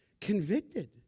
convicted